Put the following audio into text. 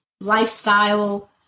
lifestyle